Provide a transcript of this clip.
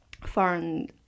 foreign